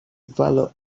fellow